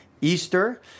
Easter